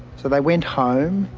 so they went home.